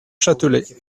châtelet